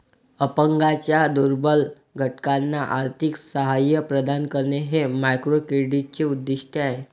अपंगांच्या दुर्बल घटकांना आर्थिक सहाय्य प्रदान करणे हे मायक्रोक्रेडिटचे उद्दिष्ट आहे